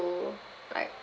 like